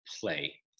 play